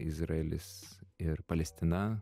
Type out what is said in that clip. izraelis ir palestina